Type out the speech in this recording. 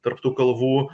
tarp tų kalvų